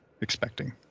Expecting